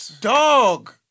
dog